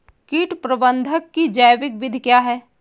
कीट प्रबंधक की जैविक विधि क्या है?